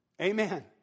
Amen